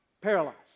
paralyzed